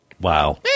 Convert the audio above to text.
Wow